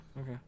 okay